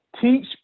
teach